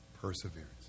Perseverance